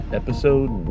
episode